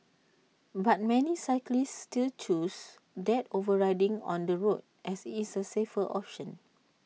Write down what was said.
but many cyclists still choose that over riding on the road as IT is the safer option